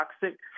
toxic